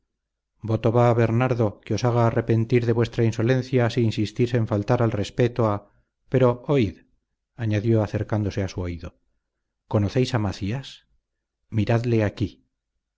voto va bernardo que os haga arrepentir de vuestra insolencia si insistís en faltar al respeto a pero oíd añadió acercándose a su oído conocéis a macías miradle aquí